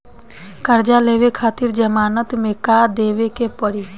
कर्जा लेवे खातिर जमानत मे का देवे के पड़ी?